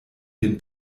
den